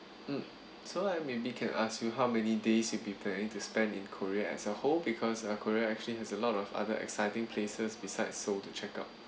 mm so like maybe can ask you how many days you preparing to spend in korea as a whole because uh korea actually has a lot of other exciting places besides seoul to check out